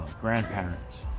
grandparents